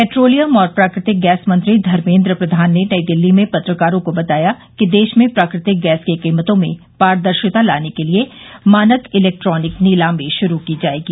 petroleum और प्राकृ तिक गैस मंत्री धर्मेंद्र प्रधान ने नई दिल्ली में पत्रकारों को बताया कि देश में प्राकृतिक गैस की कीमतों में पारदर्शिता लाने के लिए मानक इलेक्ट्रोनिक नीलामी शुरू की जाएगी